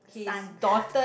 son